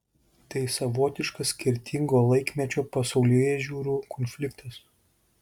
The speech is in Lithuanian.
tai savotiškas skirtingo laikmečio pasaulėžiūrų konfliktas